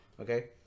Okay